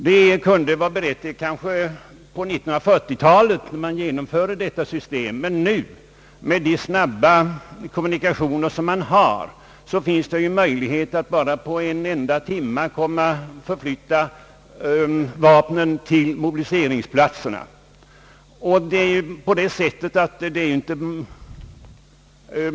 Det kunde vara praktiskt på 1940 talet, när detta system genomfördes, men med dagens snabba kommunikationer finns det möjligheter att på en enda timme förflytta vapnen till mobiliseringsplatserna.